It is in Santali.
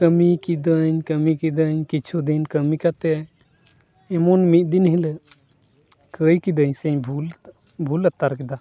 ᱠᱟᱹᱢᱤ ᱠᱤᱫᱟᱹᱧ ᱠᱟᱹᱢᱤ ᱠᱤᱫᱟᱹᱧ ᱠᱤᱪᱷᱩᱫᱤᱱ ᱠᱟᱹᱢᱤ ᱠᱟᱛᱮ ᱮᱢᱚᱱ ᱢᱤᱫ ᱫᱤᱱ ᱦᱤᱞᱳᱜ ᱠᱟᱹᱭ ᱠᱤᱫᱟᱹᱧ ᱥᱮ ᱵᱷᱩᱞ ᱟᱛᱟᱨ ᱠᱮᱫᱟ